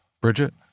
Bridget